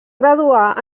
graduar